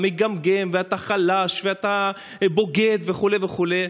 מגמגם ואתה חלש ואתה בוגד וכו' וכו'.